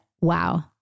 wow